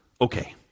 Okay